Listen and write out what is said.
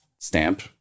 stamp